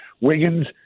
Wiggins